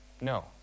No